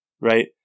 right